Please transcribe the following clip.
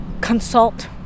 consult